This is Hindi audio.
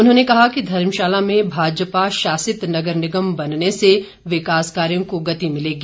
उन्होंने कहा कि धर्मशाला में भाजपा शासित नगर निगम बनने से विकास कार्यों को गति मिलेगी